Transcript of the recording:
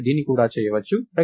మీరు దీన్ని కూడా చేయవచ్చు rect1